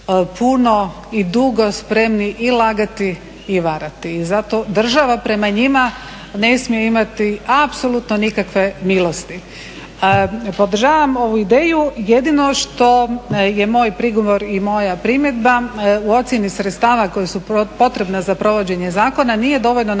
puno i dugo spremni i lagati i varati. I zato država prema njima ne smije imati apsolutno nikakve milosti. Podržavam ovu ideju jedino što je moj prigovor i moja primjedba u ocjeni sredstava koja su potrebna za provođenje zakona nije dovoljno navesti